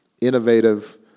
innovative